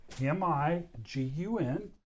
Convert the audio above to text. M-I-G-U-N